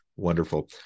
Wonderful